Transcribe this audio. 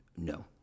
No